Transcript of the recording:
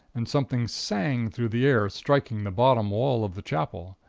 and something sang through the air, striking the bottom wall of the chapel.